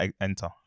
enter